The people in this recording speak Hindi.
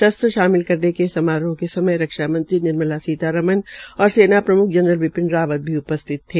शस्त्र शामिल समारोह के समय रक्षामंत्री निर्मला सीतारमन और सेना प्रमुख जनरल बिपिन रावत भी उपस्थित थे